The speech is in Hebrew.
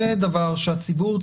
זה דבר שהציבור,